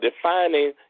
defining